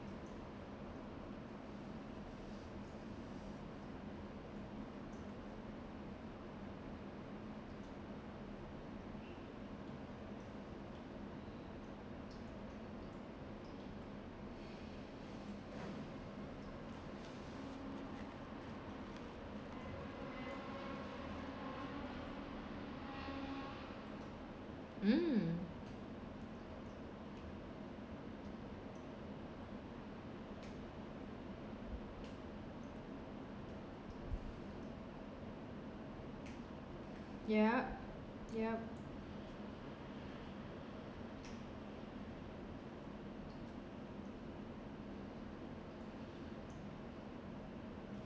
mm yup yup